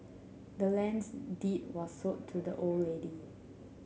the land's deed was sold to the old lady